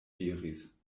diris